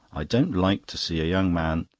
i don't like to see a young man.